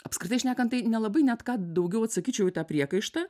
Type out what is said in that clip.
apskritai šnekant tai nelabai net ką daugiau atsakyčiau į tą priekaištą